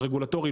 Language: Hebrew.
הרגולטורי,